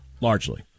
largely